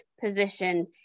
position